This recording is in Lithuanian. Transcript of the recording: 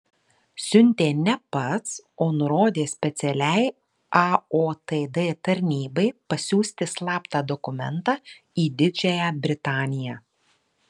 siuntė ne pats o nurodė specialiai aotd tarnybai pasiųsti slaptą dokumentą į didžiąją britaniją